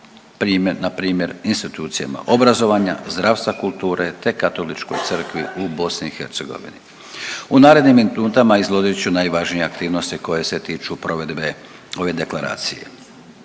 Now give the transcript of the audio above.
npr. institucijama obrazovanja, zdravstva, kulture te Katoličkoj crkvi u BiH. U narednim minutama izložit ću najvažnije aktivnosti koje se tiču provedbe ove deklaracije.